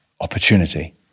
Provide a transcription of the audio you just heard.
opportunity